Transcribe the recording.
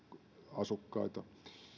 asukkaita